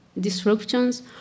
disruptions